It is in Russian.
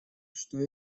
что